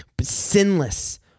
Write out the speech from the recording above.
sinless